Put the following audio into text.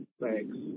Thanks